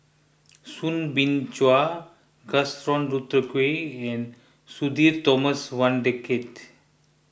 Soo Bin Chua Gaston Dutronquoy and Sudhir Thomas Vadaketh